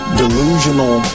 delusional